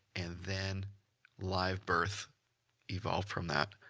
and then live birth evolved from that,